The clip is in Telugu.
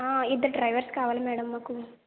ఇద్దరు డ్రైవర్స్ కావాలి మేడం మాకు